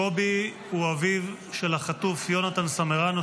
קובי הוא אביו של החטוף יונתן סמרנו,